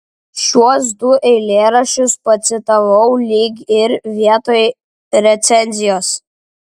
šiuos du eilėraščius pacitavau lyg ir vietoj recenzijos